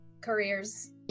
careers